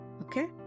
Okay